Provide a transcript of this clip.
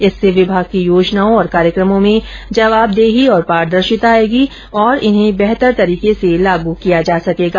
इससे विभाग की योजनाओं और कार्यक्रमों में जवाबदेही और पारदर्शिता आएगी तथा इन्हें बेहतर तरीके से लागू किया जा सकेगा